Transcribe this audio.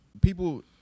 people